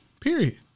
Period